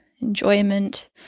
enjoyment